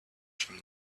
from